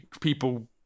people